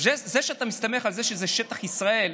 זה שאתה מסתמך על זה שזה שטח ישראל,